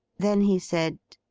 then he said,